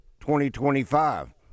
2025